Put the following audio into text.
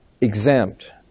exempt